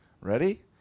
Ready